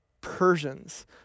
Persians